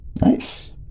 Nice